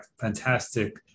fantastic